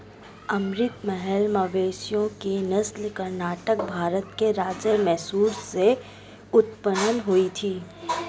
अमृत महल मवेशियों की नस्ल कर्नाटक, भारत के राज्य मैसूर से उत्पन्न हुई थी